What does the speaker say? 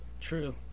True